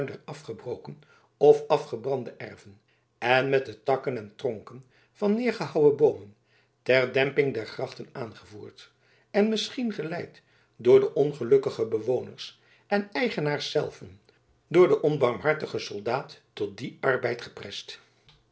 afgebroken of afgebrande erven en met de takken en tronken van neergehouwen boomen ter demping der grachten aangevoerd en misschien geleid door de ongelukkige bewoners en eigenaars zelven door den onbarmhartigen soldaat tot dien arbeid